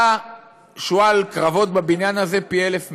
אתה שועל קרבות בבניין הזה פי אלף ממני.